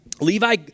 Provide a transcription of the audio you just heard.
Levi